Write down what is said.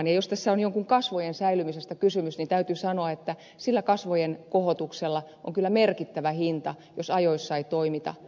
jos tässä on jonkun kasvojen säilymisestä kysymys niin täytyy sanoa että sillä kasvojenkohotuksella on kyllä merkittävä hinta jos ajoissa ei toimita